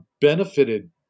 benefited